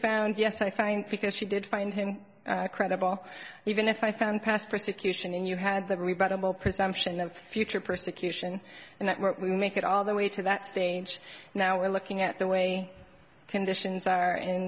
found yes i find because she did find him credible even if i found past persecution and you had the rebuttable presumption of future persecution and we make it all the way to that stage now we're looking at the way conditions are in